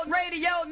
radio